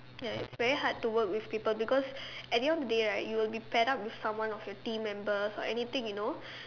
ya it's very hard to work with people because at the end of the day right you will be fed up with someone of your team members or anything you know